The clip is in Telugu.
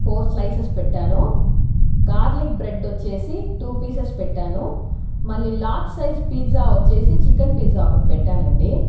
ఫోర్ స్లైసెస్ పెట్టాను గార్లిక్ బ్రెడ్ వచ్చేసి టూ పీసెస్ పెట్టాను మళ్ళీ లార్జ్ సైజ్ పిజ్జా వచ్చేసి చికెన్ పిజ్జా ఒకటి పెట్టానండి